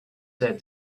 said